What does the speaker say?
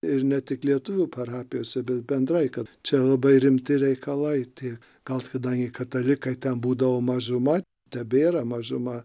ir ne tik lietuvių parapijose bet bendrai kad čia labai rimti reikalai tie gal kadangi katalikai ten būdavo mažuma tebėra mažuma